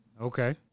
Okay